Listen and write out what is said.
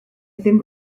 ddim